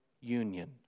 union